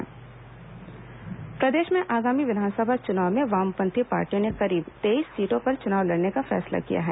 वामपंथी पार्टी चुनाव प्रदेश में आगामी विधानसभा चुनाव में वामपंथी पार्टियों ने करीब तेईस सीटों पर चुनाव लड़ने का फैसला किया है